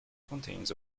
contains